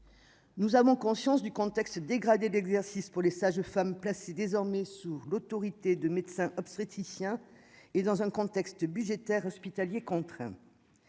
nous avons conscience du contexte dégradé d'exercice pour les sages femmes placée désormais sous l'autorité de médecins obstétriciens et dans un contexte budgétaire hospitaliers contraint